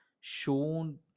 shown